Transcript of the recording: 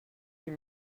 huit